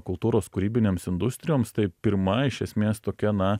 kultūros kūrybinėms industrijoms tai pirma iš esmės tokia na